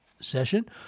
session